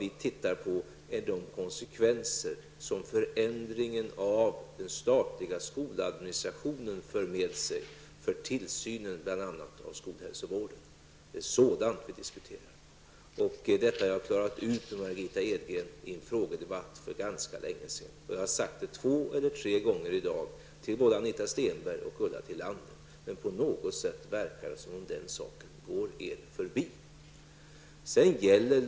Vi ser över vilka konsekvenser som förändringen av den statliga skoladministrationen för med sig när det bl.a. gäller tillsynen över skolhälsovården. Det är sådant som vi diskuterar. Detta har jag klarat ut med Margitta Edgren i en frågedebatt för ganska länge sedan och jag har sagt det två eller tre gånger i dag, både till Anita Stenberg och till Ulla Tillander. På något sätt förefaller det som att detta har gått Anita Stenberg och Ulla Tillander helt förbi.